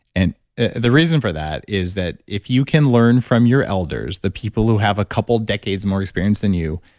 and the reason for that is that if you can learn from your elders, the people who have a couple decades more experience than you,